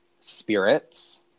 Spirits